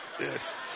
Yes